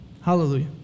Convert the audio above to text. Hallelujah